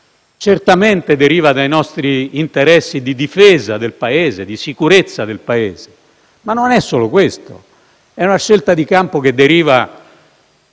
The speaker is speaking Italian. certamente deriva dai nostri interessi di difesa e di sicurezza del Paese, ma non è solo questo. È una scelta di campo che deriva